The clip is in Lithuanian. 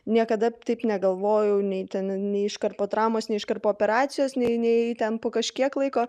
niekada taip negalvojau nei ten nei iškart po traumos nei iškart po operacijos nei nei ten po kažkiek laiko